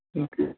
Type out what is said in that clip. ठीकु आहे